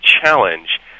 challenge